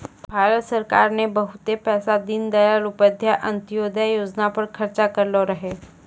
भारत सरकार ने बहुते पैसा दीनदयाल उपाध्याय अंत्योदय योजना पर खर्च करलो रहै